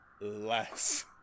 Less